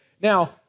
now